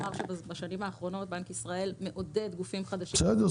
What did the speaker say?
מה עוד שבשנים האחרונות בנק ישראל מעודד גופים חדשים --- בסדר,